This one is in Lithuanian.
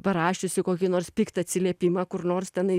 parašiusi kokį nors piktą atsiliepimą kur nors tenai